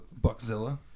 Buckzilla